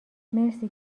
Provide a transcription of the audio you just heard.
مرسی